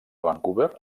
vancouver